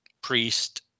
Priest